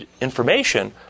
information